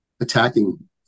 attacking